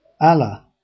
Allah